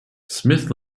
smith